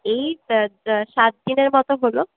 এই সাত দিনের মতো হলো